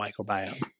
microbiome